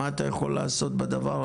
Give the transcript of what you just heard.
מה אתה יכול לעשות בדבר הזה?